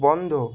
বন্ধ